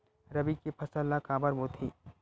रबी के फसल ला काबर बोथे?